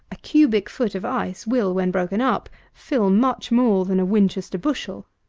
a cubic foot of ice will, when broken up, fill much more than a winchester bushel